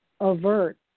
avert